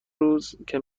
روزکه